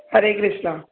Hare Krishna